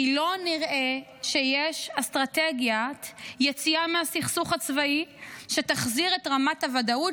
כי לא נראה שיש אסטרטגיית יציאה מהסכסוך הצבאי שתחזיר את רמת הוודאות